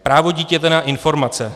Právo dítěte na informace.